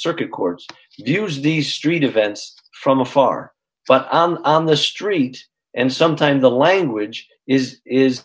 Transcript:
circuit courts use the street events from afar but on on the street and sometimes the language is is